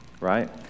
Right